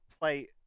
play